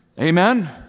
Amen